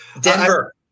Denver